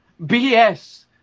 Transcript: BS